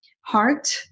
heart